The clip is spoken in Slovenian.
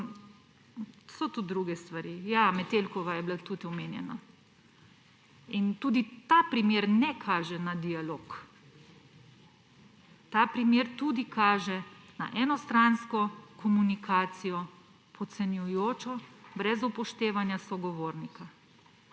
So tudi druge stvari. Ja, Metelkova je bila tudi omenjena. Tudi ta primer ne kaže na dialog, ta primer tudi kaže na enostransko komunikacijo, podcenjujočo, brez upoštevanja sogovornika.